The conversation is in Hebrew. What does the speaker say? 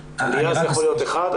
עלייה זה יכול להיות אחד,